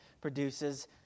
produces